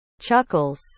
Chuckles